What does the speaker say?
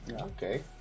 Okay